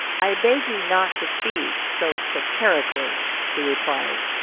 i beg you not to speak so satirically, he replied,